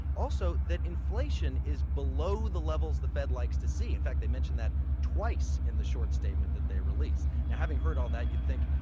also, that inflation is below the levels the fed likes to see in fact, they mentioned that twice in the short statement that they released. now having heard all that, you think,